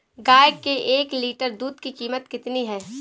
गाय के एक लीटर दूध की कीमत कितनी है?